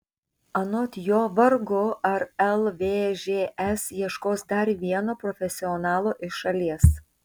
anot jo vargu ar lvžs ieškos dar vieno profesionalo iš šalies